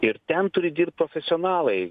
ir ten turi dirbt profesionalai